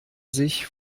sich